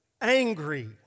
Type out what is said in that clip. angry